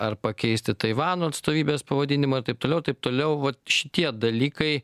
ar pakeisti taivano atstovybės pavadinimą ir taip toliau ir taip toliau vat šitie dalykai